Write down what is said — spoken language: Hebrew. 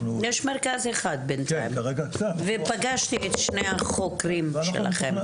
יש מרכז אחד בינתיים, ופגשתי את שני החוקים שלכם.